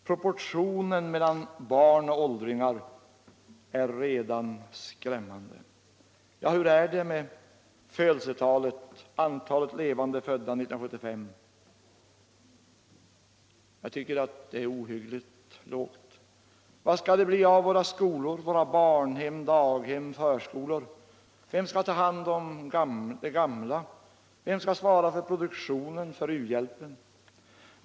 Proportionen mellan barn och åldringar är redan skrämmande.” Ja, hur är det med födelsetalet, antalet levande födda 1975? Jag tycker att det är ohyggligt lågt. Vad skall det bli av våra skolor, våra barnhem, daghem och förskolor? Vem skall ta hand om de gamla? Vem skall svara för produktionen, för u-hjälpen?